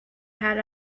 had